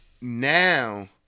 Now